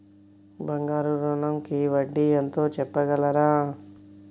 బంగారు ఋణంకి వడ్డీ ఎంతో చెప్పగలరా?